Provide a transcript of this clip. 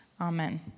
Amen